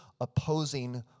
opposing